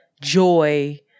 joy